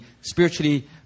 spiritually